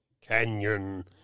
Canyon